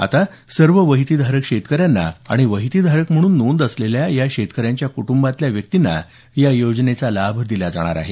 आता सर्व वहितीधारक शेतकऱ्यांना आणि वहितीधारक म्हणून नोंद असलेल्या या शेतकऱ्याच्या कुटुंबातल्या व्यक्तीला या योजनेचा लाभ दिला जाणार आहे